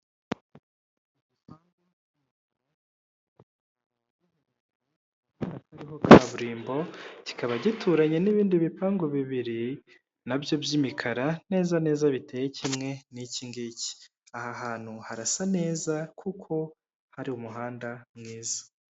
Kiriho kaburimbo kikaba gituranye n'ibindi bipangu bibiri nabyo by'imikara, neza neza biteye kimwe n'iki ngiki aha hantu harasa neza kuko hari umuhanda mwiza.